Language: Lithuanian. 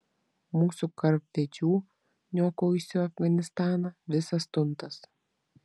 mūsų karvedžių niokojusių afganistaną visas tuntas